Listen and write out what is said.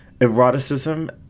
Eroticism